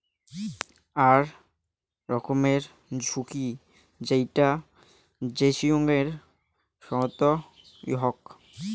আক রকমের ঝুঁকি যেইটা হেজিংয়ের সময়ত হউক